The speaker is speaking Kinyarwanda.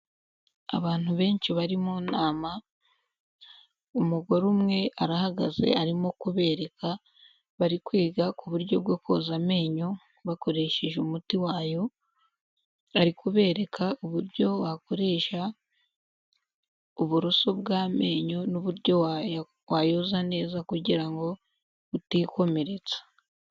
Abantu benshi bari mu nama, umugore umwe arahagaze arimo kubereka, bari kwiga ku buryo bwo koza amenyo bakoresheje umuti wayo, ari kubereka uburyo wakoresha uburuso bw'amenyo n'uburyo wayoza neza kugira ngo utikomeretsa.